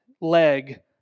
leg